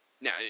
now